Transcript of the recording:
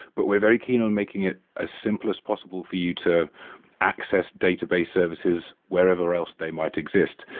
but we're very keen on making it as simple as possible for you to access database services wherever else they might exist.